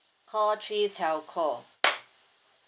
call three telco